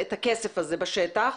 את הכסף הזה בשטח,